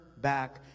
back